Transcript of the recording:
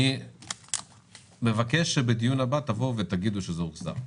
אני מבקש שבדיון הבא תבואו ותגידו שזה הוחזר.